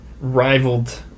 rivaled